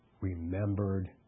remembered